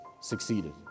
succeeded